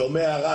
שומע רק,